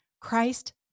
Christ